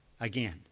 again